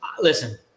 listen